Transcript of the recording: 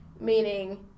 Meaning